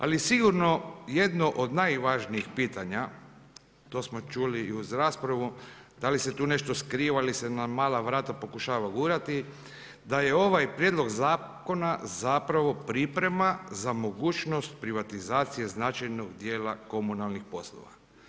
Ali sigurno jedno od najvažnijih pitanja, to smo čuli i uz raspravu da li se tu nešto skriva ili se na mala vrata pokušava gurati da je ovaj prijedlog zakona zapravo priprema za mogućnost privatizacije značajnog dijela komunalnih poslova.